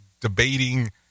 debating